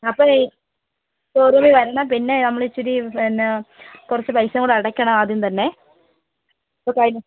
അപ്പം ഈ ശോറൂമിൽ വരണം പിന്നെ നമ്മൾ ഇച്ചിരി പിന്നെ കുറച്ച് പൈസയും കൂടെ അടയ്ക്കണം ആദ്യം തന്നെ ഇപ്പം കഴിഞ്ഞ